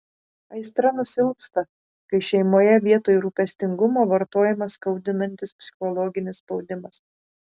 aistra nusilpsta kai šeimoje vietoj rūpestingumo vartojamas skaudinantis psichologinis spaudimas